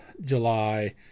July